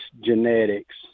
genetics